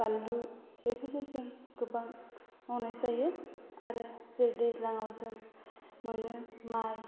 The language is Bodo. बानलु बेफोरखौ जों गोबां मावनाय जायो आरो जेरै दैज्लाङाव जों मोनो माइ